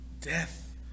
death